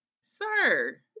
Sir